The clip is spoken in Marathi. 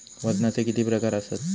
वजनाचे किती प्रकार आसत?